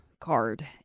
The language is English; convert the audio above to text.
card